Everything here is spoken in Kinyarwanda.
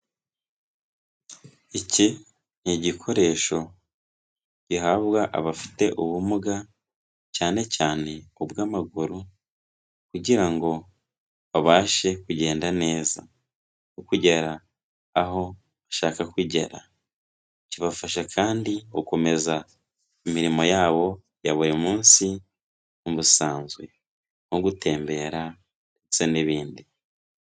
Iki ni igikoresho gihabwa abafite ubumuga cyane cyane ubw'amaguru kugira ngo babashe kugenda neza, kugera aho bashaka kugera, kibafasha kandi gukomeza imirimo yabo ya buri munsi nk'ubusanzwe nko gutembera ndetse n'ibindi.